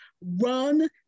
run